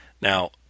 Now